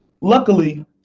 Luckily